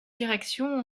directions